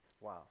Wow